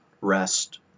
rest